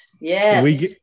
Yes